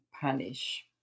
punish